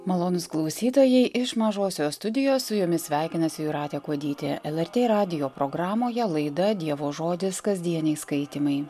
malonūs klausytojai iš mažosios studijos su jumis sveikinasi jūratė kuodytė el er tė radijo programoje laida dievo žodis kasdieniai skaitymai